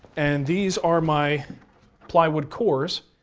and these are my ply wood cores,